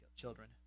children